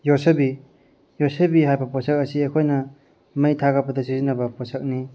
ꯌꯣꯠꯁꯕꯤ ꯌꯣꯠꯁꯕꯤ ꯍꯥꯏꯕ ꯄꯣꯠꯁꯛ ꯑꯁꯤ ꯑꯩꯈꯣꯏꯅ ꯃꯩ ꯊꯥꯒꯠꯄꯗ ꯁꯤꯖꯤꯟꯅꯕ ꯄꯣꯠꯁꯛꯅꯤ